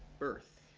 birth?